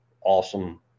awesome